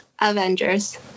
Avengers